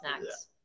snacks